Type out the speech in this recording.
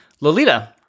Lolita